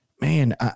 Man